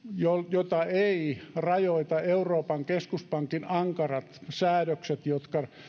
jota eivät rajoita euroopan keskuspankin ankarat säännökset jotka